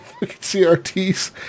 CRTs